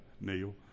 Neil